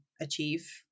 achieve